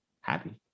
happy